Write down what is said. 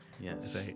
Yes